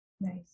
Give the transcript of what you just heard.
Nice